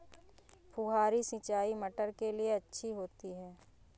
फुहारी सिंचाई मटर के लिए अच्छी होती है?